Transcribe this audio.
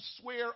swear